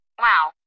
Wow